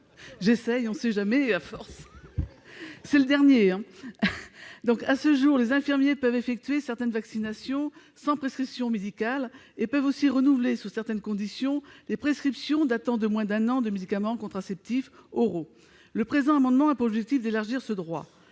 je vais peut-être réussir ! C'est le dernier ! À ce jour, les infirmiers peuvent effectuer certaines vaccinations sans prescription médicale. Ils peuvent aussi renouveler, sous certaines conditions, les prescriptions datant de moins d'un an de médicaments contraceptifs oraux. Le présent amendement a pour objet d'élargir ce droit.